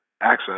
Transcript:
Access